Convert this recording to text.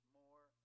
more